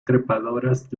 trepadoras